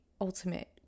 ultimate